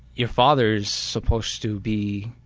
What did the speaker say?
your father. supposed to be